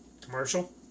Commercial